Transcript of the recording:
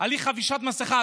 על אי-חבישת מסכה.